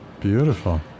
Beautiful